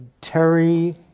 Terry